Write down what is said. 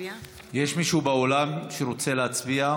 באולם שרוצה להצביע?